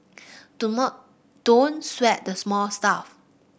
don't sweat the small stuff